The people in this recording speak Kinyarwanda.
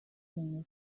bimeze